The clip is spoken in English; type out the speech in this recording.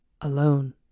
alone